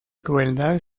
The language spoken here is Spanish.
crueldad